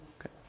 okay